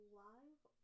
live